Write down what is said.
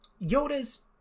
Yoda's